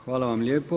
Hvala vam lijepo.